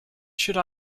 should